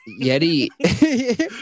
Yeti